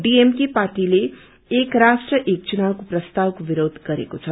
DMK पार्टीले एक राष्ट्र एक चुनावको प्रस्तावको विरोष गरेको छ